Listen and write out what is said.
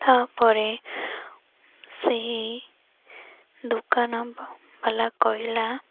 ତା'ପରେ ସେହି ଦୋକାନ ବାଲା କହିଲା